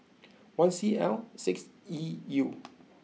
one C L six E U